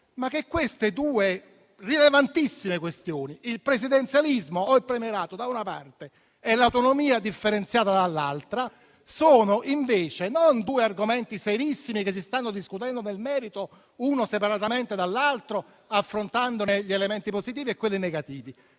adesso; queste due rilevantissime questioni - il presidenzialismo o il premierato, da una parte, e l'autonomia differenziata, dall'altra - non sono due argomenti serissimi che si stanno discutendo nel merito, uno separatamente dall'altro, affrontandone gli elementi positivi e quelli negativi,